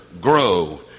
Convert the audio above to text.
grow